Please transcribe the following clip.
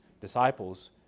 disciples